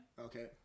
Okay